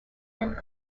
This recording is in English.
and